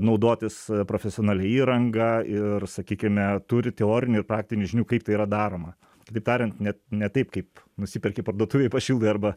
naudotis profesionalia įranga ir sakykime turi teorinių ir praktinių žinių kaip tai yra daroma kitaip tariant ne ne taip kaip nusiperki parduotuvėj pašildai arba